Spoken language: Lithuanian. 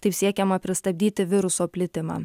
taip siekiama pristabdyti viruso plitimą